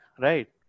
right